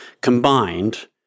combined